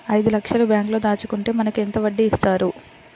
ఐదు లక్షల బ్యాంక్లో దాచుకుంటే మనకు ఎంత వడ్డీ ఇస్తారు?